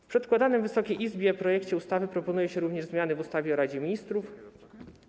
W przedkładanym Wysokiej Izbie projekcie ustawy proponuje się również zmiany w ustawie o Radzie Ministrów.